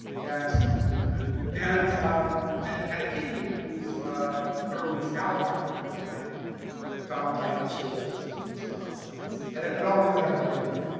and and um and etta candy, who's wonder woman's gal pal becomes the like you know dom dyke that she was always meant to be as well. so and it all works out for everybody.